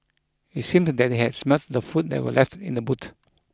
it seemed that they had smelt the food that were left in the boot